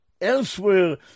Elsewhere